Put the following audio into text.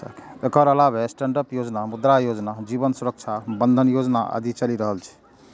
एकर अलावे स्टैंडअप योजना, मुद्रा योजना, जीवन सुरक्षा बंधन योजना आदि चलि रहल छै